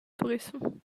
turissem